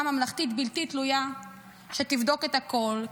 ממלכתית בלתי תלויה שתבדוק את הכול.